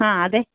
ആ അതെ